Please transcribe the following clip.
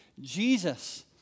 Jesus